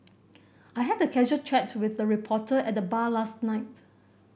I had a casual chat with a reporter at the bar last night